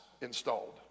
installed